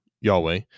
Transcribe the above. Yahweh